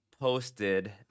posted